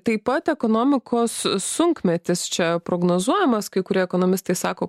taip pat ekonomikos sunkmetis čia prognozuojamas kai kurie ekonomistai sako